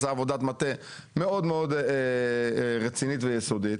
עשה עבודת מטה מאוד רצינית ויסודית,